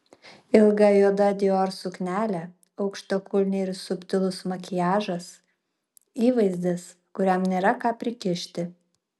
ilga juoda dior suknelė aukštakulniai ir subtilus makiažas įvaizdis kuriam nėra ką prikišti